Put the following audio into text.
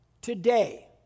today